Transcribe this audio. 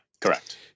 correct